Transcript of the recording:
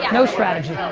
and no strategy,